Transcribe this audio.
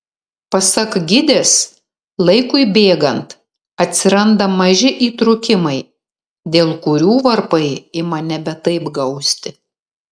pasak gidės laikui bėgant atsiranda maži įtrūkimai dėl kurių varpai ima nebe taip gausti